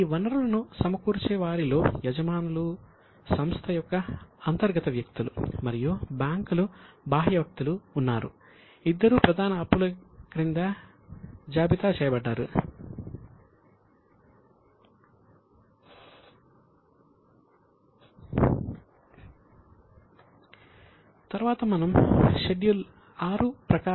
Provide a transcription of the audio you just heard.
ఈ వనరులను సమకూర్చే వారిలో యజమానులు సంస్థ యొక్క అంతర్గత వ్యక్తులు మరియు బ్యాంకులు బాహ్య వ్యక్తులు ఉన్నారు ఇద్దరూ ప్రధాన అప్పుల క్రింద జాబితా చేయబడ్డారు